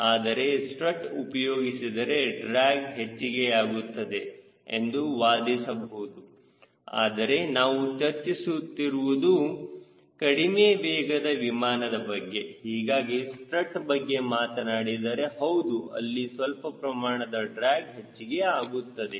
ಆದರೆ ಸ್ಟ್ರಟ್ ಉಪಯೋಗಿಸಿದರೆ ಡ್ರ್ಯಾಗ್ ಹೆಚ್ಚಿಗೆಯಾಗುತ್ತದೆ ಎಂದು ವಾದಿಸಬಹುದು ಆದರೆ ನಾವು ಚರ್ಚಿಸುತ್ತಿರುವುದು ಕಡಿಮೆ ವೇಗದ ವಿಮಾನದ ಬಗ್ಗೆ ಹೀಗಾಗಿ ಸ್ಟ್ರಟ್ ಬಗ್ಗೆ ಮಾತನಾಡಿದರೆ ಹೌದು ಅಲ್ಲಿ ಸ್ವಲ್ಪ ಪ್ರಮಾಣದ ಡ್ರ್ಯಾಗ್ ಹೆಚ್ಚಿಗೆ ಆಗುತ್ತದೆ